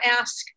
ask